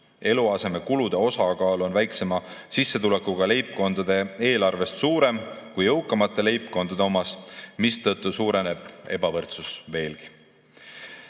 Eluasemekulude osakaal on väiksema sissetulekuga leibkondade eelarves suurem kui jõukamate leibkondade omas, mistõttu suureneb ebavõrdsus veelgi.